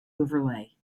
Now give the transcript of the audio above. overlay